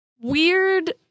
weird